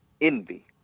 Envy